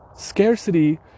Scarcity